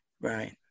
right